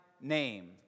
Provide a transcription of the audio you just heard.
name